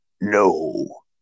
No